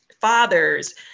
fathers